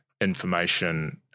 information